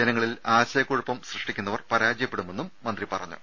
ജനങ്ങളിൽ ആശയക്കുഴപ്പം സൃഷ്ടിക്കുന്നവർ പരാജയപ്പെടുമെന്നും അദ്ദേഹം പറഞ്ഞു